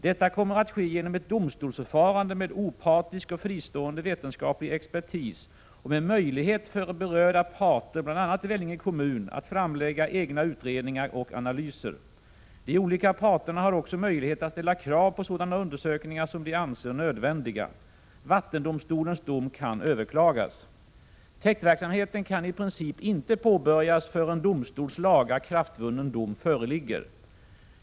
Detta kommer att ske genom ett domstolsförfarande med opartisk och fristående vetenskaplig expertis och med möjlighet för berörda parter, bl.a. Vellinge kommun, att framlägga egna utredningar och analyser. De olika parterna har också möjlighet att ställa krav på sådana undersökningar som de anser nödvändiga. Vattendomstolens dom kan överklagas. Täktverksamheten kan i princip inte påbörjas förrän domstols lagakraftvunnen dom föreligger.